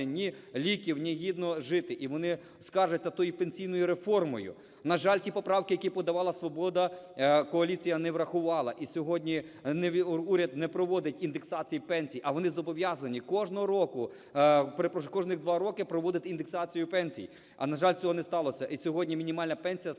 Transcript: ні ліків, ні гідно жити, і вони скаржаться тою пенсійною реформою. На жаль, ті поправки, які подавала "Свобода", коаліція не врахувала. І сьогодні уряд не проводить індексації пенсій, а вони зобов'язані кожного року, кожних два роки проводити індексацію пенсій. А на жаль, цього не сталося, і сьогодні мінімальна пенсія становила